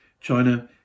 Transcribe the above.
China